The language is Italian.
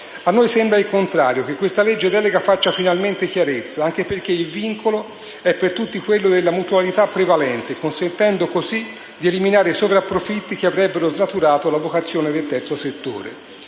A noi sembra il contrario, e cioè che il provvedimento in esame faccia finalmente chiarezza, anche perché il vincolo è per tutti quello della mutualità prevalente, consentendo così di eliminare sovrapprofitti che avrebbero snaturato la vocazione del terzo settore.